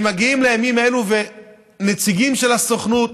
הם מגיעים בימים אלו, ונציגים של הסוכנות